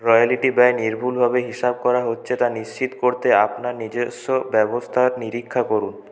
royalty ব্যয় নির্ভুলভাবে হিসাব করা হচ্ছে তা নিশ্চিত করতে আপনার নিজস্ব ব্যবস্থার নিরীক্ষা করুন